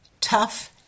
Tough